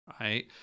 Right